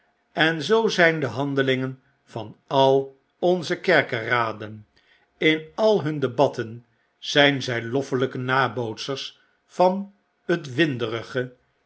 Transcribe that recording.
en zoo zyn de handelingen van al onze kerkeraden in al hun debatten zyn zy loffelyke nabootsers van het